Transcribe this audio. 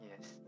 Yes